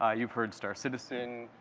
ah you've heard star citizen,